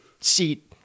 seat